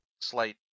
slight